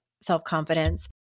self-confidence